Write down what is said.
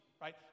right